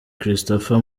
christopher